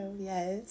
Yes